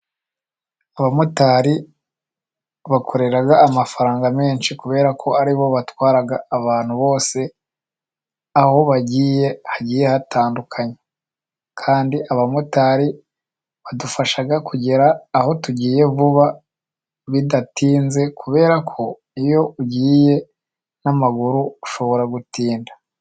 Abamotari bakorera amafaranga menshi, kubera ko aribo batwara abantu bose aho bagiye hagiye hatandukanye, kandi abamotari badufasha kugera aho tugiye vuba bidatinze, kubera ko iyo ugiye n'amaguru ushobora gutinda.